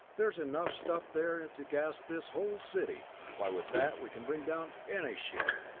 there's enough stuff there to gas this whole city. why, with that, we can bring down any ship!